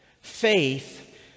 Faith